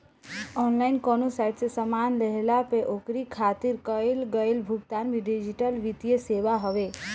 online कवनो site से सामान लेहला पअ ओकरी खातिर कईल गईल भुगतान भी डिजिटल वित्तीय सेवा हवे